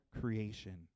creation